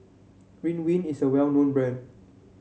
Ridwind is a well known brand